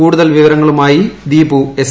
കൂടുതൽ വിവരങ്ങളുമായി ദീപു എസ്